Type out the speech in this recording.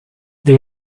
they